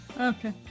Okay